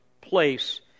place